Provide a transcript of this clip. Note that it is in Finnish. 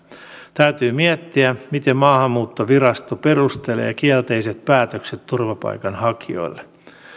täytyy miettiä miten maahanmuuttovirasto perustelee kielteiset päätökset turvapaikanhakijoille